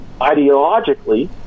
ideologically